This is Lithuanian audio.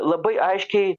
labai aiškiai